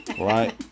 Right